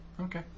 Okay